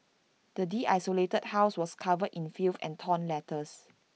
the desolated house was covered in filth and torn letters